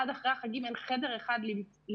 עד אחרי החגים אין חדר אחד לרפואה,